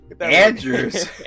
Andrew's